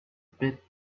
bit